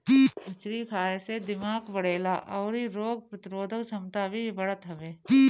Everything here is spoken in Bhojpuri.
मछरी खाए से दिमाग बढ़ेला अउरी रोग प्रतिरोधक छमता भी बढ़त हवे